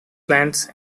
plants